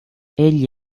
egli